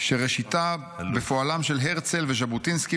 שראשיתה בפועלם של הרצל וז'בוטינסקי,